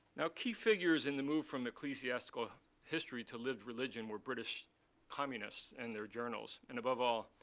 now key figures in the move from the ecclesiastical history to lived religion were british communists and their journals, and above all,